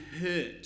hurt